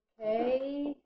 okay